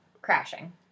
crashing